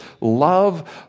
love